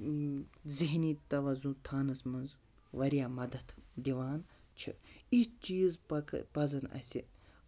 ذہنی تَوَزُن تھاونَس منٛز واریاہ مَدَد دِوان چھِ اِتھ چیٖز پَکہٕ پَزَن اَسہِ